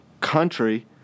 country